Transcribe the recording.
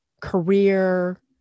career